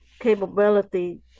capability